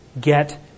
get